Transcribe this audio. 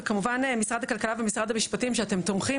וכמובן, משרד הכלכלה ומשרד המשפטים שאתם תומכים.